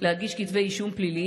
להגיש כתבי אישום פליליים,